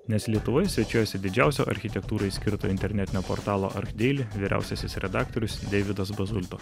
nes lietuvoje svečiuojasi didžiausio architektūrai skirto internetinio portalo archdeili vyriausiasis redaktorius deividas bazulto